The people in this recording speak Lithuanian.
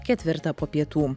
ketvirtą po pietų